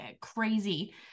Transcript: crazy